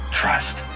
trust